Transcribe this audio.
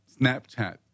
Snapchat